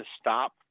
stop